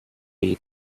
eat